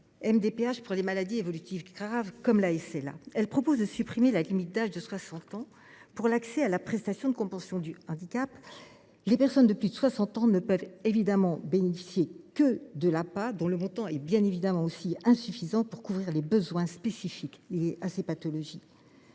MDPH pour les maladies évolutives graves comme la SLA. Il est envisagé de supprimer la limite d’âge de 60 ans pour l’accès à la prestation de compensation du handicap. Les personnes de plus de 60 ans ne peuvent évidemment bénéficier que de l’APA, dont le montant est, bien évidemment aussi, insuffisant pour couvrir les besoins spécifiques liés à de telles pathologies.